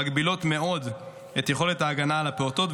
מגבילות מאוד את יכולת ההגנה על הפעוטות,